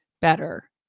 better